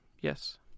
yes